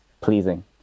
pleasing